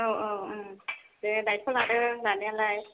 औ औ दे दायथ' लादो लानायालाय